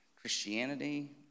Christianity